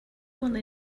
only